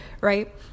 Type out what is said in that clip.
right